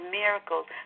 miracles